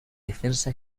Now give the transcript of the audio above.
defensa